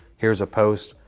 here's a post.